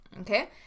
Okay